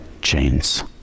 chains